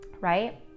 Right